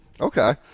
Okay